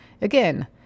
Again